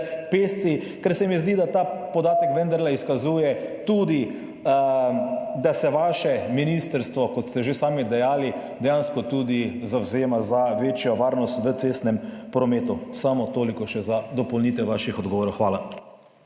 pešci? Zdi se mi, da ta podatek vendarle izkazuje tudi, da se vaše ministrstvo, kot ste že sami dejali, dejansko tudi zavzema za večjo varnost v cestnem prometu. Samo toliko še za dopolnitev vaših odgovorov. Hvala.